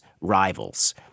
rivals